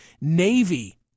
Navy